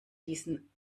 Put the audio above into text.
diesen